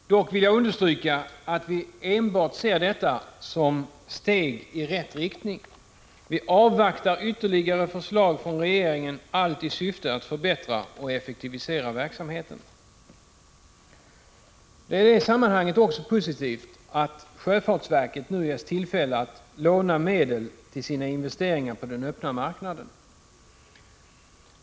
Dock vill jag understryka att vi enbart ser detta som steg i rätt riktning. Vi avvaktar ytterligare förslag från regeringen, allt i syfte att förbättra och effektivisera verksamheten. Det är i det sammanhanget också positivt att sjöfartsverket nu ges tillfälle att låna medel till sina investeringar på den öppna marknaden.